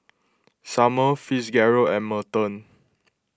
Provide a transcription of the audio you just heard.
Sumner Fitzgerald and Merton